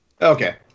Okay